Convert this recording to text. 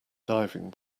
diving